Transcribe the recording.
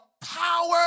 power